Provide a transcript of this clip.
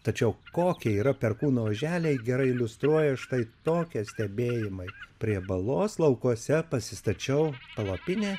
tačiau kokie yra perkūno oželiai gerai iliustruoja štai tokia stebėjimai prie balos laukuose pasistačiau palapinę